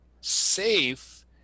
safe